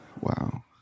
Wow